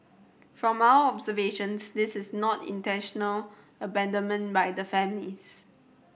from our observations this is not intentional abandonment by the families